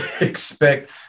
expect